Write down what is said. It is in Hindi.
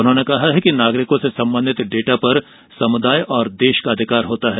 उन्होंने कहा कि नागरिकों से संबंधित डेटा पर समुदाय और देश का अधिकार होता है